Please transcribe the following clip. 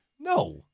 No